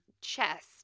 chest